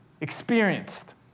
experienced